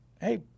hey